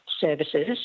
services